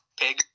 Pig